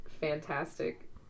fantastic